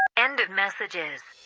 end of messages